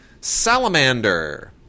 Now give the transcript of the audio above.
Salamander